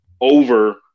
over